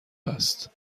است